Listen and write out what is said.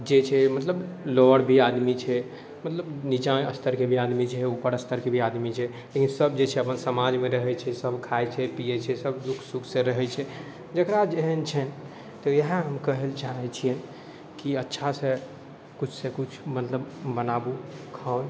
जे छै मतलब लोवर भी आदमी छै मतलब निचा स्तरके भी आदमी छै उपर स्तरके भी आदमी छै लेकिन सब जे छै अपन समाजमे रहै छै सब खाइ छै पिए छै सब दुःख सुखसँ रहै छै जकरा जेहन छनि तऽ इएह हम कहैलए चाहै छिअनि कि अच्छासँ किछुसँ किछु मतलब बनाबू खाउ